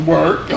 Work